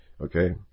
okay